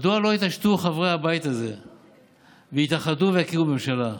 מדוע לא יתעשתו חברי הבית הזה ויתאחדו ויקימו ממשלה?